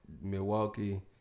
Milwaukee